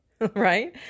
right